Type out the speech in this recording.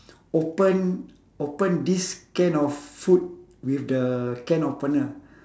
open open this can of food with the can opener